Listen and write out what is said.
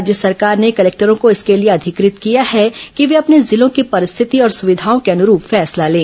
राज्य सरकार ने कलेक्टरों को इसके लिए अधिकृत किया है कि वे अपने जिलों की परिस्थिति और सुविधाओं के अनुरूप फैसला लें